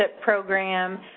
program